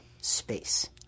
space